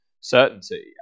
certainty